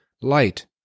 light